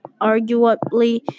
arguably